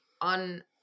on